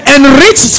Enrich